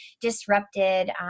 disrupted